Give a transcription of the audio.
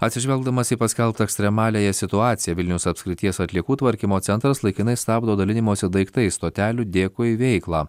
atsižvelgdamas į paskelbtą ekstremaliąją situaciją vilniaus apskrities atliekų tvarkymo centras laikinai stabdo dalinimosi daiktais stotelių dėkui veiklą